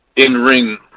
in-ring